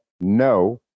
no